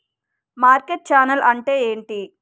Market channel అంటే ఏమిటి?